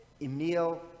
emil